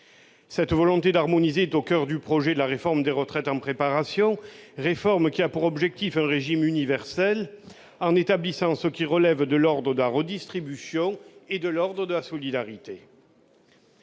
Cette volonté d'harmonisation est au coeur du projet de réforme des retraites en préparation, qui a pour objectif l'instauration d'un régime universel en établissant ce qui relève de l'ordre de la redistribution et de l'ordre de la solidarité.